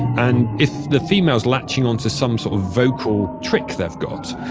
and if the females latching onto some so vocal trick they've got,